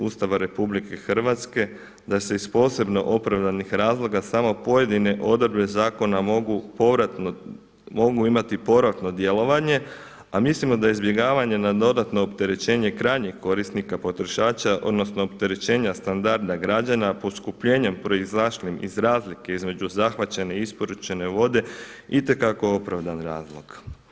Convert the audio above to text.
Ustava RH da se iz posebno opravdanih razloga samo pojedine odredbe zakona mogu imati povratno djelovanje, a mislimo da izbjegavanje na dodano opterećenje krajnjih korisnika potrošača odnosno opterećenja standarda građana poskupljenjem proizašlim iz razlike između zahvaćene i isporučene vode itekako opravdan razlog.